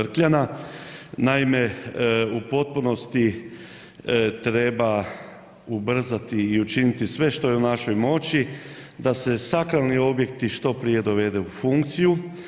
Vrkljana, naime u potpunosti treba ubrzati i učinit sve što je u našoj moći da se sakralni objekti što prije dovedu u funkciju.